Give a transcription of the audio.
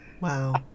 Wow